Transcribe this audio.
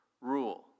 rule